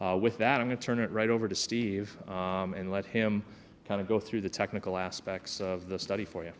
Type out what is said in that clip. with that i'm going to turn it right over to steve and let him kind of go through the technical aspects of the study for y